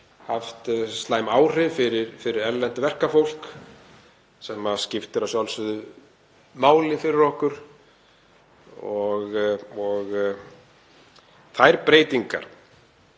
haft slæm áhrif á erlent verkafólk sem skiptir að sjálfsögðu máli fyrir okkur. Ég er þeirrar